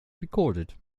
recorded